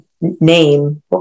name